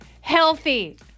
healthy